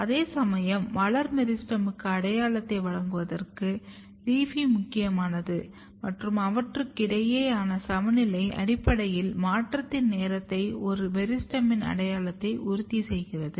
அதேசமயம் மலர் மெரிஸ்டெமுக்கு அடையாளத்தை வழங்குவதற்கு LEAFY முக்கியமானது மற்றும் அவற்றுக்கிடையேயான சமநிலை அடிப்படையில் மாற்றத்தின் நேரத்தையும் ஒரு மெரிஸ்டெமின் அடையாளத்தையும் உறுதி செய்கிறது